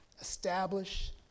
establish